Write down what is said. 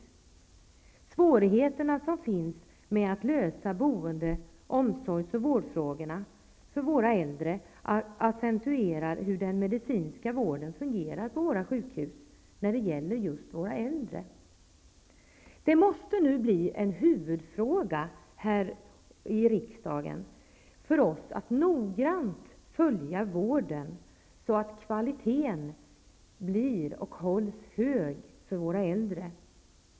De svårigheter som finns med att lösa boende-, omsorgs och vårdfrågorna för våra äldre accentuerar hur den medicinska vården fungerar på våra sjukhus när det gäller just våra äldre. Det måste nu bli en huvudfråga för oss att noggrant följa vården, så att kvaliteten blir hög för våra äldre.